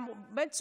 בן צור,